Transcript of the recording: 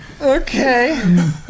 Okay